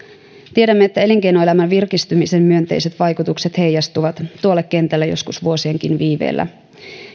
tiedämme että elinkeinoelämän virkistymisen myönteiset vaikutukset heijastuvat tuolle kentälle joskus vuosienkin viiveellä